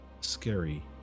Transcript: scary